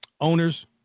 owners